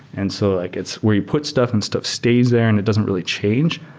and so like it's where you put stuff and stuff stays there and it doesn't really change.